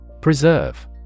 Preserve